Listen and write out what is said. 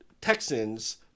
Texans